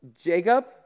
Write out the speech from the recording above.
Jacob